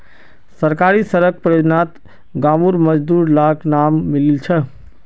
सरकारी सड़क परियोजनात गांउर मजदूर लाक काम मिलील छ